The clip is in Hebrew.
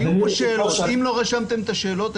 אם לא רשמתם את השאלות,